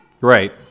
Right